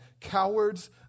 Cowards